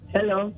Hello